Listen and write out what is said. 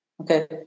Okay